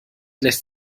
lässt